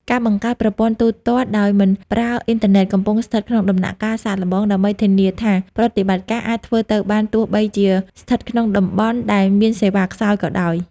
ការបង្កើតប្រព័ន្ធ ទូទាត់ដោយមិនប្រើអ៊ីនធឺណិត កំពុងស្ថិតក្នុងដំណាក់កាលសាកល្បង ដើម្បីធានាថាប្រតិបត្តិការអាចធ្វើទៅបានទោះបីជាស្ថិតក្នុងតំបន់ដែលមានសេវាខ្សោយក៏ដោយ។